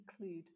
include